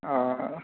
आं